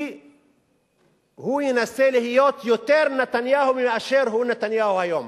כי הוא ינסה להיות יותר נתניהו מאשר הוא נתניהו היום,